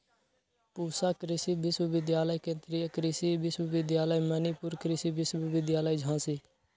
पूसा कृषि विश्वविद्यालय, केन्द्रीय कृषि विश्वविद्यालय मणिपुर, कृषि विश्वविद्यालय झांसी